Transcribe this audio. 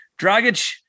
Dragic